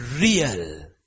real